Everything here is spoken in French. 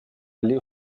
allés